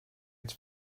its